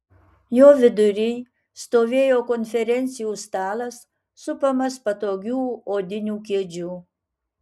jo vidury stovėjo konferencijų stalas supamas patogių odinių kėdžių